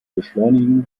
beschleunigen